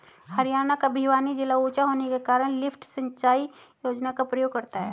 हरियाणा का भिवानी जिला ऊंचा होने के कारण लिफ्ट सिंचाई योजना का प्रयोग करता है